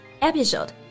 Episode